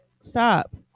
stop